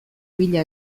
bila